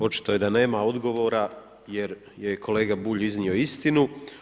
Očito je da nema odgovora jer je kolega Bulj iznio istinu.